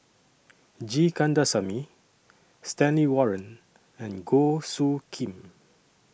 G Kandasamy Stanley Warren and Goh Soo Khim